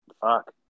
Fuck